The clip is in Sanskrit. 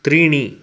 त्रीणि